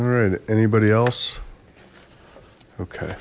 right anybody else okay